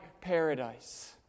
paradise